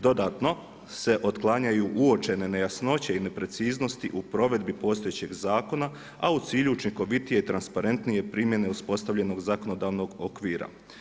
Dodatno se otklanjaju uočene nejasnoće i nepreciznosti u provedbi postojećeg zakona, a u cilju učinkovitije i transparentnije primjene uspostavljenog zakonodavnog okvira.